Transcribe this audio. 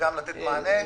וגם לתת מענה.